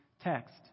text